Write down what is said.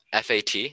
FAT